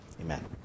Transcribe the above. Amen